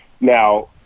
Now